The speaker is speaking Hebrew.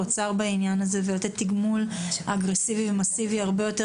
האוצר בעניין הזה ולתת תגמול אגרסיבי ומסיבי הרבה יותר